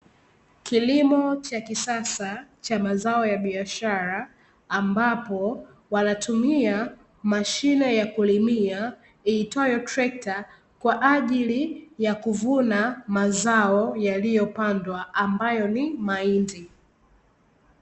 Kilimo cha kisasa cha mazao ya biashara, ambapo wanatumia mashine ya kulimia iitawayo trekta, kwa ajili ya kuvuna mazao yaliyopandwa, ambayo ni mahindi.